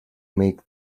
make